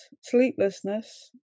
sleeplessness